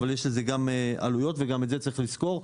אבל יש לזה גם עלויות וגם את זה צריך לזכור.